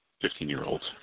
Fifteen-year-olds